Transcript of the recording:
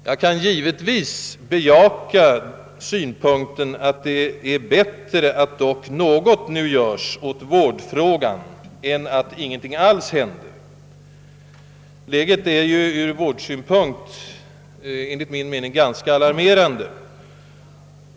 Jag kan givetvis bejaka synpunkten att det är bättre att dock något nu görs åt vårdfrågan än att ingenting alls händer. Läget är ur vårdsynpunkt enligt min mening ganska alarmerande.